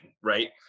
Right